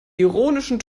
ironischen